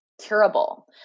curable